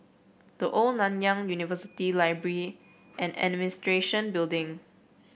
The Old Nanyang University Library and Administration Building